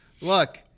look